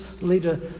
leader